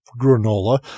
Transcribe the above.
granola